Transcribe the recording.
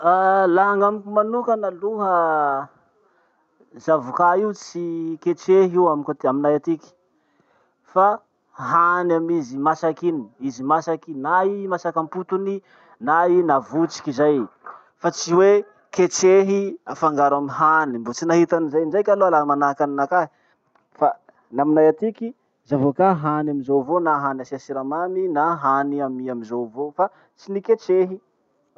Laha gn'amiko manokana aloha, zavoka io tsy ketrehy io amiko at- aminay atiky fa hany amin'izy masaky iny, izy masaky iny. Na i masak'ampotony, na i navotroky zay fa tsy hoe ketrehy afangaro amy hany. Mbo tsy nahita anizay ndraiky aloha laha manahaky aninakahy. Fa gnamimay atiky, zavoka hany amizao avao na hany asia siramary na hany amy i amizao avao fa tsy niketrehy.